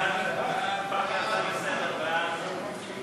ההצעה להפוך את